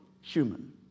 human